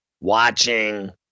watching